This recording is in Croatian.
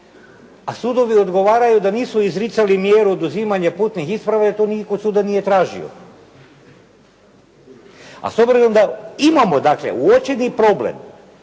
a sudovi odgovarali da nisu izricali mjeru oduzimanja putnih isprava jer to nitko od suda nije tražio. A s obzirom da imamo dakle uočeni problem